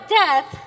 death